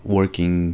working